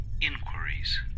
inquiries